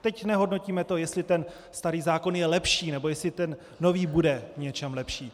Teď nehodnotíme to, jestli ten starý zákon je lepší, nebo jestli ten nový bude v něčem lepší.